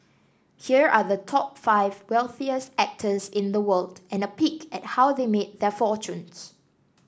here are the top five wealthiest actors in the world and a peek at how they made their fortunes